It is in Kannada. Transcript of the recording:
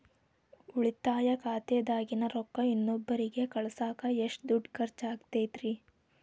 ಉಳಿತಾಯ ಖಾತೆದಾಗಿನ ರೊಕ್ಕ ಇನ್ನೊಬ್ಬರಿಗ ಕಳಸಾಕ್ ಎಷ್ಟ ದುಡ್ಡು ಖರ್ಚ ಆಗ್ತೈತ್ರಿ?